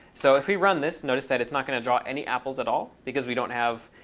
so if we run this, notice that it's not going to draw any apples at all. because we don't have